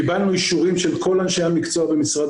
קיבלנו אישורים של כל אנשי המקצוע במשרד